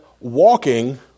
walking